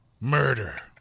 murder